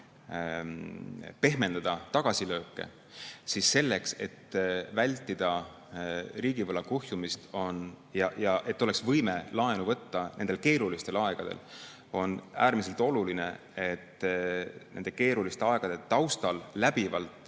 pehmendada tagasilööke, siis selleks, et vältida riigivõla kuhjumist ja et oleks võime laenu võtta keerulistel aegadel, on äärmiselt oluline, et nende keeruliste aegade taustal läbivalt